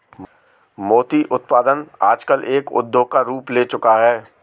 मोती उत्पादन आजकल एक उद्योग का रूप ले चूका है